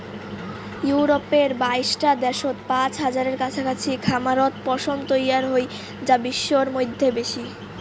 ইউরপের বাইশটা দ্যাশত পাঁচ হাজারের কাছাকাছি খামারত পশম তৈয়ার হই যা বিশ্বর মইধ্যে বেশি